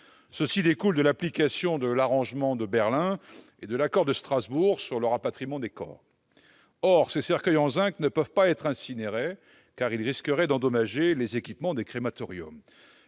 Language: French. Cela découle de l'application de l'arrangement de Berlin et de l'accord de Strasbourg sur le rapatriement des corps. Or ces cercueils en zinc ne peuvent pas être incinérés, car ils risqueraient d'endommager les équipements des crématoriums.